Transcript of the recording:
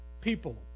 People